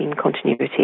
continuity